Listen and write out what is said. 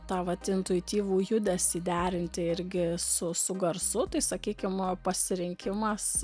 tą vat intuityvų judesį derinti irgi su su garsu tai sakykim pasirinkimas